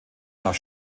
nach